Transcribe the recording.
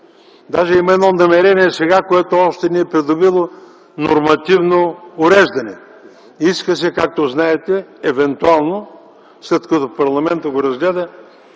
Даже има едно намерение сега, което още не е придобило нормативно уреждане. Иска се, както знаете, евентуално след като парламентът го разгледа,